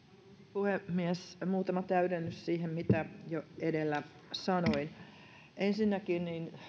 puhemies muutama täydennys siihen mitä jo edellä sanoin ensinnäkin